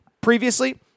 previously